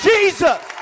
Jesus